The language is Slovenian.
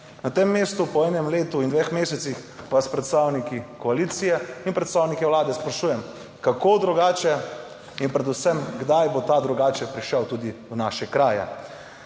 Na tem mestu po enem letu in dveh mesecih vas predstavniki koalicije in predstavniki Vlade sprašujem, kako drugače, in predvsem, kdaj bo ta drugače prišel tudi v naše kraje.